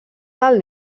del